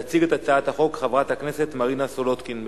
תציג את הצעת החוק חברת הכנסת מרינה סולודקין.